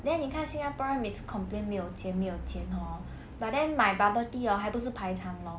then 你看新加波人每次 complain 没有钱没有钱 hor but then 买 bubble tea hor 还不是排长龙